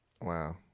wow